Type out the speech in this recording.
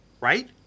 Right